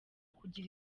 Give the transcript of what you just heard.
kugira